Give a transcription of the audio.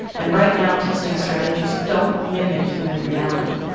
and right now testing strategies don't mimic human reality.